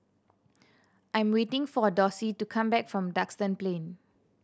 I'm waiting for Dossie to come back from Duxton Plain